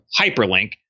hyperlink